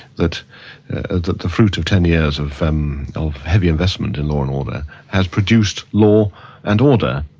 that the the fruit of ten years of um of heavy investment in law and order has produced law and order.